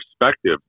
perspective